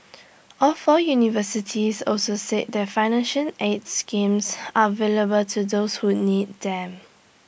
all four universities also said that financial aid schemes available to those who need them